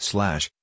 Slash